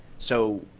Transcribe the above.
so